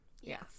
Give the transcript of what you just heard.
yes